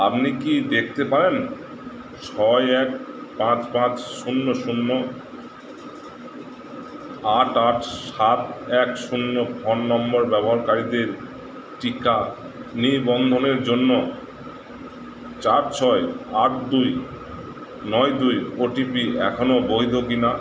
আপনি কি দেখতে পারেন ছয় এক পাঁচ পাঁচ শূন্য শূন্য আট আট সাত এক শূন্য ফোন নম্বর ব্যবহারকারীদের টিকা নিবন্ধনের জন্য চার ছয় আট দুই নয় দুই ওটিপি এখনো বৈধ কিনা